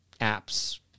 apps